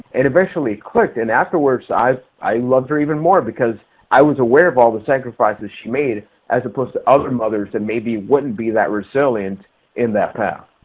and eventually it clicked and afterwards i i loved her even more because i was aware of all the sacrifices she made as opposed to other mothers that maybe wouldn't be that resilient in that path.